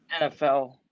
NFL